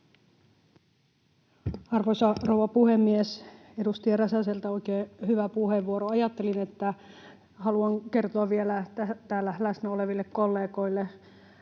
Arvoisa rouva puhemies! Edustaja Räsäseltä oikein hyvä puheenvuoro. Ajattelin, että haluan kertoa vielä täällä läsnä oleville kollegoille